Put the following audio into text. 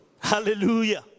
hallelujah